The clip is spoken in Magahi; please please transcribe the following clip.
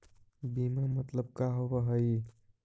बीमा मतलब का होव हइ?